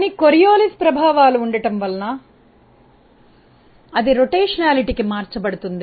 కానీ కోరియోలిస్ ప్రభావాలు ఉండటం వలన అది భ్రమణ ప్రభావానికి మార్చబడుతుంది